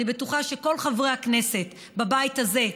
אני בטוחה שכל חברי הכנסת בבית הזה,